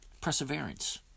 perseverance